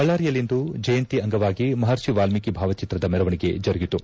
ಬಳ್ಳಾರಿಯಲ್ಲಿಂದು ಜಯಂತಿ ಅಂಗವಾಗಿ ಮಹರ್ಷಿ ವಾಲ್ಮೀಕಿ ಭಾವಚಿತ್ರದ ಮೆರವಣಿಗೆ ಜರುಗಿತು